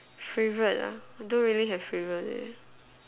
favorite ah I don't really have favorite leh